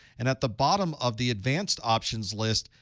and at the bottom of the advanced options list,